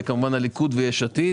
כמובן הליכוד ו-יש עתיד.